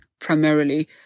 primarily